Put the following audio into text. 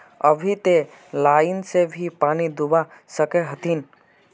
अभी ते लाइन से भी पानी दा सके हथीन?